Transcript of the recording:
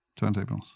turntables